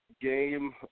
game